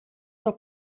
una